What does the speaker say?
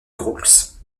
groulx